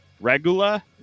Regula